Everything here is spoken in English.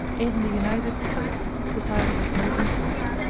in the united states society has no infancy,